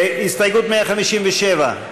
הסתייגות 157?